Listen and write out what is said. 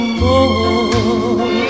more